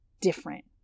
different